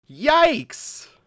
Yikes